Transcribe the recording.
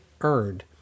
earned